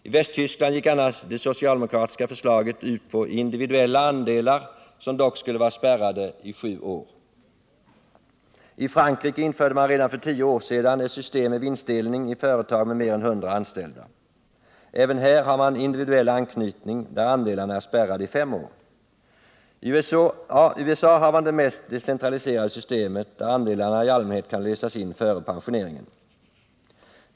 I Västtyskland gick annars det socialdemokratiska förslaget ut på individuella andelar, som dock skulle vara spärrade i sju år. I Frankrike införde man redan för tio år sedan ett system med vinstdelning i företag med mer än 100 anställda. Även här har man individuell anknytning, där andelarna är spärrade i fem år. I USA har man det mest decentraliserade systemet, där andelarna i allmänhet kan lösas in före pensioneringen.